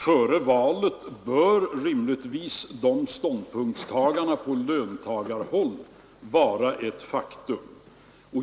Före valet bör rimligtvis ståndpunktstagandena på löntagarhåll vara ett faktum.